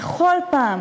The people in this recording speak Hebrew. בכל פעם,